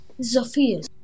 Zophius